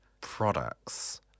products